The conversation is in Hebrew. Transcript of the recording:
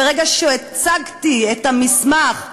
ברגע שהצגתי את המסמך,